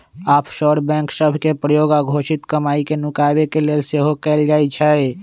offshore bank सभ के प्रयोग अघोषित कमाई के नुकाबे के लेल सेहो कएल जाइ छइ